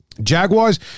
Jaguars